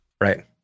Right